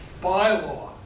bylaw